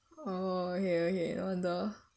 oh okay okay no wonder